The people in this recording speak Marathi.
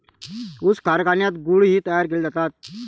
ऊस कारखान्यात गुळ ही तयार केले जातात